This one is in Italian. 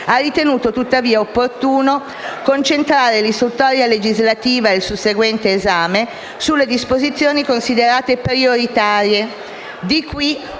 ha ritenuto tuttavia opportuno concentrare l'istruttoria legislativa, e il susseguente esame, sulle disposizioni considerate prioritarie: